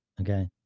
okay